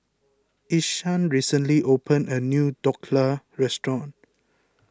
Ishaan recently opened a new Dhokla restaurant